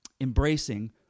embracing